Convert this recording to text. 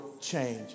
change